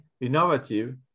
innovative